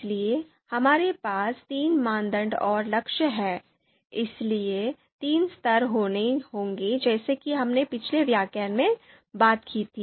इसलिए हमारे पास तीन मानदंड और लक्ष्य हैं इसलिए तीन स्तर होंगे जैसे कि हमने पिछले व्याख्यान में बात की थी